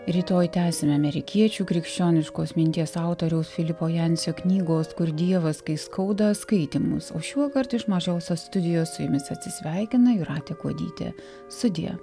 rytoj tęsime amerikiečių krikščioniškos minties autoriaus filipo jancio knygos kur dievas kai skauda skaitymus o šiuokart iš mažosios studijos su jumis atsisveikina jūratė kuodytė sudie